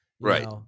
right